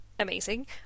amazing